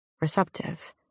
receptive